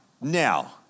now